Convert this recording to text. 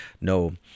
no